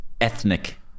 ethnic